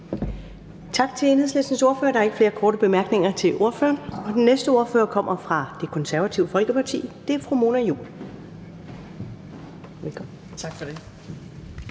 Tak til Enhedslistens ordfører. Der er ikke flere korte bemærkninger til ordføreren. Den næste ordfører kommer fra Det Konservative Folkeparti, og det er fru Mona Juul. Kl.